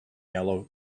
yellow